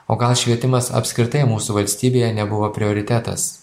o gal švietimas apskritai mūsų valstybėje nebuvo prioritetas